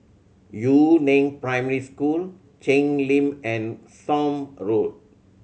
Yu Neng Primary School Cheng Lim and Somme Road